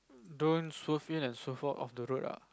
don't swerve in and swerve out of the road ah